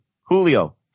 Julio